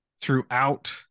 throughout